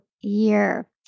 year